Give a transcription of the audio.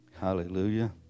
Hallelujah